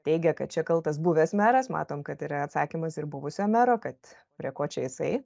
teigia kad čia kaltas buvęs meras matom kad yra atsakymas ir buvusio mero kad prie ko čia jisai